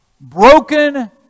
broken